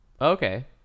Okay